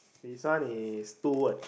this one is two word